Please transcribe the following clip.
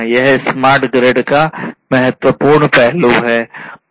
यह smart grid के महत्वपूर्ण पहलू हैं